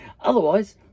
Otherwise